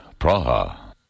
Praha